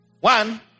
One